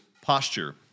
posture